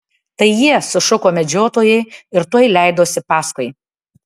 tai jie sušuko medžiotojai ir tuoj leidosi paskui